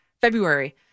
February